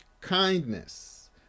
kindness